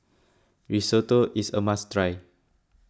Risotto is a must try